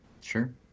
Sure